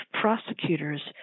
prosecutors –